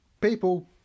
people